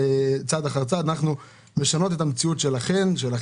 אחר צעד אנחנו משנות את המציאות שלכן/שלכם".